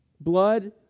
blood